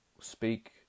speak